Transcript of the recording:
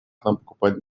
покупать